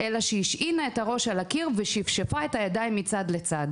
אלא שהשעינה את הראש על הקיר ושפשפה את הידיים מצד לצד.